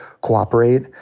cooperate